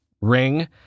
Ring